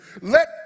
Let